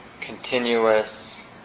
continuous